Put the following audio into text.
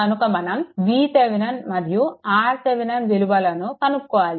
కనుక మనం VThevenin మరియు RThevenin విలువలను కనుక్కోవాలి